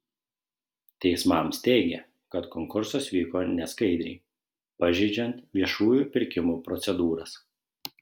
teismams teigė kad konkursas vyko neskaidriai pažeidžiant viešųjų pirkimų procedūras